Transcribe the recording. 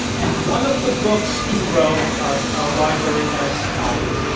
and one of the books he wrote, our our library has copies,